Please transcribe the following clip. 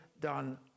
done